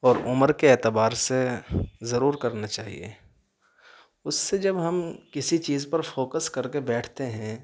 اور عمر کے اعتبار سے ضرور کرنا چاہیے اس سے جب ہم کسی چیز پر فوکس کر کے بیٹھتے ہیں